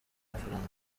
amafaranga